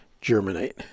germinate